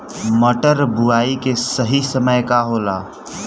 मटर बुआई के सही समय का होला?